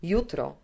Jutro